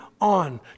on